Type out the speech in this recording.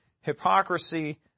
hypocrisy